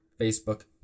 Facebook